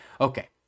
Okay